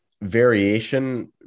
variation